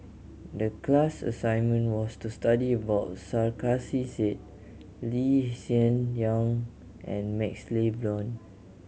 the class assignment was to study about Sarkasi Said Lee Hsien Yang and MaxLe Blond